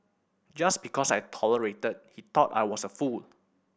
just because I tolerated he thought I was a fool